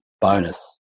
bonus